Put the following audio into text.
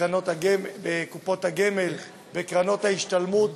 בקופות הגמל, בקרנות ההשתלמות.